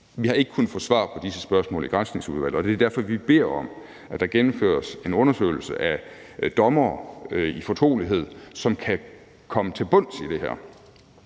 Vi har ikke kunnet få svar på disse spørgsmål i Granskningsudvalget, og det er derfor, vi beder om, at der gennemføres en undersøgelse i fortrolighed af dommere, som kan komme til bunds i det her.